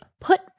put